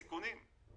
ניהול סיכונים.